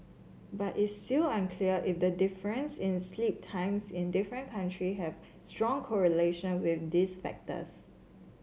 but it's still unclear if the difference in sleep times in different country have strong correlation with these factors